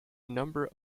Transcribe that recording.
number